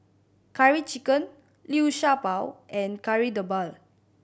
Curry Chicken Liu Sha Bao and Kari Debal